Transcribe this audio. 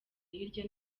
hirya